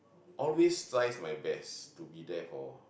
always tries my best to be there for